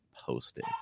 posted